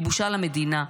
היא בושה למדינה.